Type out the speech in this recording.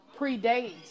predates